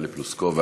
טלי פלוסקוב,